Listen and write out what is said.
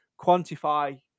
quantify